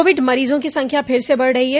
Covid मरीजों की संख्या फिर से बढ रही है